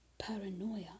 paranoia